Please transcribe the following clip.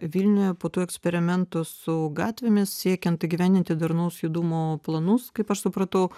vilniuje po tų eksperimentų su gatvėmis siekiant įgyvendinti darnaus judumo planus kaip aš supratau